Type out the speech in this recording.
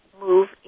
move